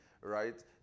right